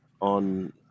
on